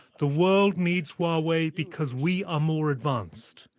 the world needs huawei because we are more advanced.